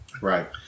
Right